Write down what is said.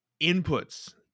inputs